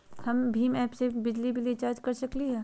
हम भीम ऐप से बिजली बिल रिचार्ज कर सकली हई?